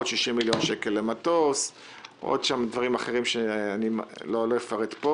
עוד 60 מיליון שקל למטוס ועוד דברים אחרים שאני לא אפרט פה